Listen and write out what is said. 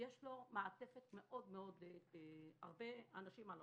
יש לו הרבה אנשים על הראש.